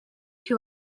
you